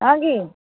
ହଁ କି